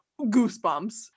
goosebumps